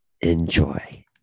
enjoy